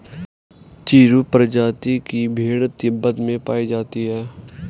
चिरु प्रजाति की भेड़ तिब्बत में पायी जाती है